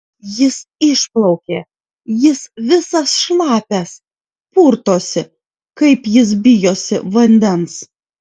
jis išplaukė jis visas šlapias purtosi kaip jis bijosi vandens